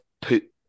put